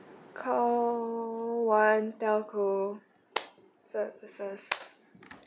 call one one telco services